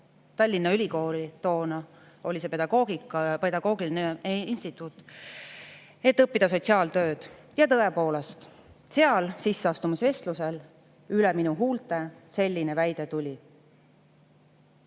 Tallinna Ülikooli – toona oli see Tallinna Pedagoogiline Instituut –, et õppida sotsiaaltööd. Ja tõepoolest, seal sisseastumisvestlusel üle minu huulte selline väide tuli. Minu